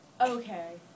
Okay